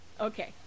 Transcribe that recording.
Okay